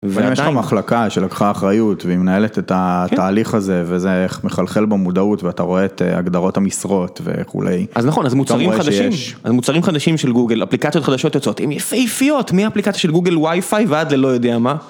יש לך מחלקה שלקחה אחריות והיא מנהלת את התהליך הזה וזה מחלחל במודעות ואתה רואה את הגדרות המשרות וכולי. אז נכון, אז מוצרים חדשים של גוגל, אפליקציות חדשות יוצאות, הן יפיפיות מהאפליקציה של גוגל ווי-פיי ועד ללא יודע מה.